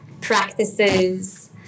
practices